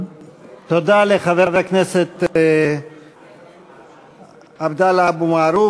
תודה לחבר הכנסת עבדאללה אבו מערוף.